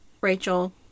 Rachel